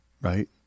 Right